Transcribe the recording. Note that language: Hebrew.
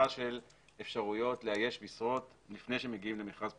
של אפשרויות לאייש משרות לפני שמגיעים למכרז פומבי.